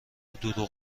دروغ